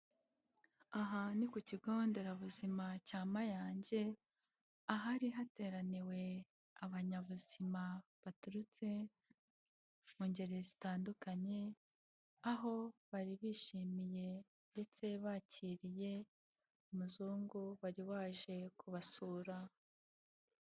Aha ni ku kigo nderabuzima cya Mayange, ahari hateraniwe abanyabuzima baturutse mu ngeri zitandukanye, aho bari bishimiye ndetse bakiriye umuzungu wari waje kubasura.